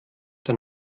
der